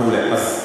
מעולה.